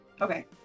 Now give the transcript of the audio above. Okay